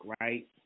right